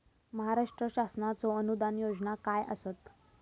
महाराष्ट्र शासनाचो अनुदान योजना काय आसत?